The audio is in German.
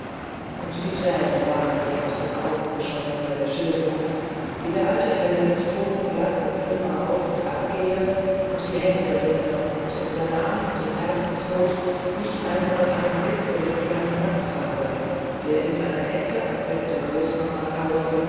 und die thränen waren ihr aus den augen geschossen bei der schilderung wie der alte herr lenz totenblaß im zimmer auf und ab gehe und die hände ringe und in seiner angst und herzensnot nicht einmal einen blick für den kleinen max habe der in einer ecke am bett der großmama kauere